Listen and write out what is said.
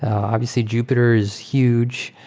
obviously, jupyter is huge,